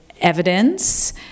evidence